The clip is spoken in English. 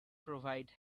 provide